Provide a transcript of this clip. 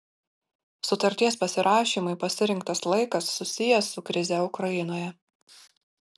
sutarties pasirašymui pasirinktas laikas susijęs su krize ukrainoje